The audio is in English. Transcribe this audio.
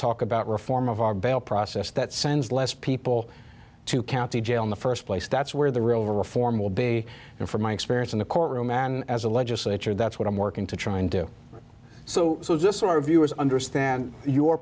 talk about reform of our bail process that sends less people to county jail in the first place that's where the real reform will be and from my experience in the courtroom and as a legislature that's what i'm working to try and do so so this our viewers understand your